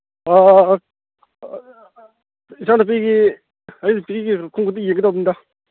ꯏꯆꯥꯅꯨꯄꯤꯒꯤ ꯑꯩ ꯅꯨꯄꯤꯒꯤ ꯈꯣꯡꯎꯞ ꯑꯝꯇ ꯌꯦꯡꯒꯦ ꯇꯧꯅꯤꯗ